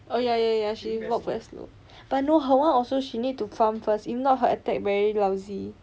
oh ya ya ya but no her one also she need to farm first if not he attack very lousy